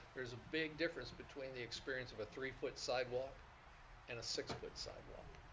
there's a big difference between the experience of a three foot sidewalk and a six foot sidewalk.